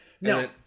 No